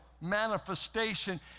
manifestation